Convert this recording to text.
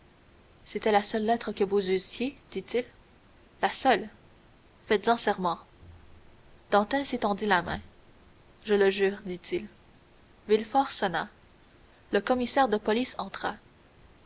c'était la seule lettre que vous eussiez dit-il la seule faites-en serment dantès étendit la main je le jure dit-il villefort sonna le commissaire de police entra